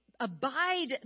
abide